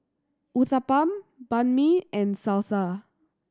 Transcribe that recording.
Uthapam Banh Mi and Salsa